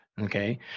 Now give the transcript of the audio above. Okay